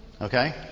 Okay